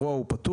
האירוע הוא פתור,